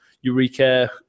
eureka